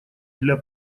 для